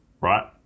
right